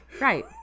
right